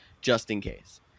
just-in-case